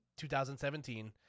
2017 –